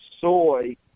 Soy